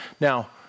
Now